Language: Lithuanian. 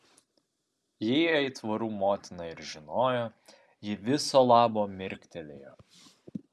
jei aitvarų motina ir žinojo ji viso labo mirktelėjo